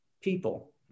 people